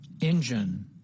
Engine